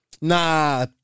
Nah